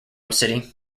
city